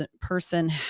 person